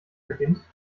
beginnt